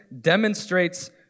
demonstrates